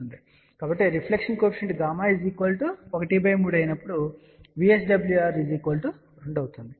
కాబట్టి reflection coefficient 13 అయినప్పుడు VSWR 2 అవుతుంది